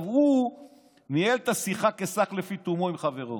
הוא ניהל את השיחה כשח לפי תומו עם חברו.